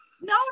no